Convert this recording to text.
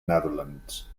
netherlands